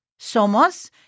somos